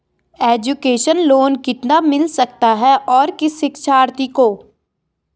Education loan कितना मिल सकता है और किस शिक्षार्थी को?